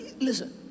Listen